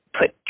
put